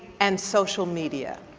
and social media.